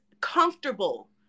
comfortable